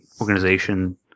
organization